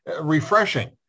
refreshing